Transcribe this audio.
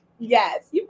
Yes